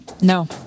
No